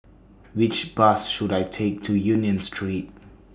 Which Bus should I Take to Union Street